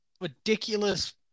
ridiculous